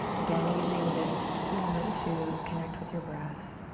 again, using this moment to connect with your breath.